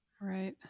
right